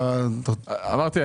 אמרתי,